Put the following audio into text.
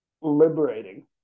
liberating